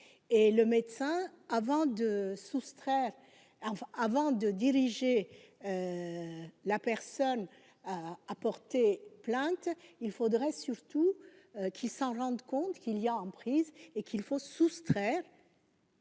de soustraire avant de diriger la personne a porté plainte, il faudrait surtout qu'il s'en rendent compte qu'il y a en prison et qu'il faut soustraire.